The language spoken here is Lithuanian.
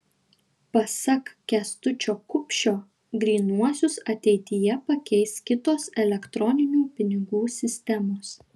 pasak kęstučio kupšio grynuosius ateityje pakeis kitos elektroninių pinigų sistemos